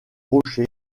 rocher